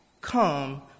come